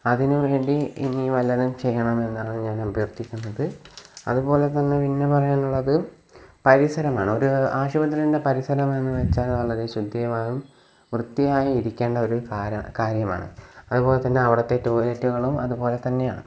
അതിനുവേണ്ടി ഇനി വല്ലതും ചെയ്യണമെന്നാണ് ഞാൻ അഭ്യർത്ഥിക്കുന്നത് അതുപോലെ തന്നെ പിന്നെ പറയാനുള്ളത് പരിസരം ആണ് ഒരു ആശുപത്രീൻ്റെ പരിസരം എന്ന് വെച്ചാൽ വളരെ ശുദ്ധിയായും വൃത്തിയായും ഇരിക്കേണ്ട ഒരു കാ കാര്യമാണ് അതുപോലെ തന്നെ അവിടുത്തെ ടോയ്ലറ്റുകളും അതുപോലെ തന്നെയാണ്